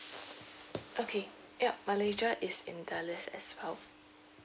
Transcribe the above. okay yup malaysia is in the list as well